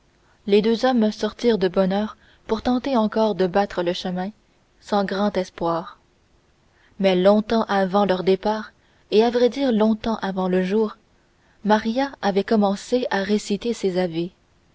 les deux hommes sortirent de bonne heure pour tenter encore de battre le chemin sans grand espoir mais longtemps avant leur départ et à vrai dire longtemps avant le jour maria avait commencé à réciter ses ave